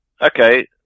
okay